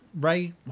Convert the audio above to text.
Ray